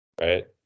right